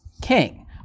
king